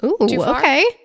okay